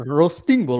roasting